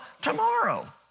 tomorrow